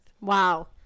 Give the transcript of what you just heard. Wow